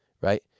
right